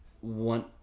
one